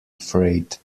afraid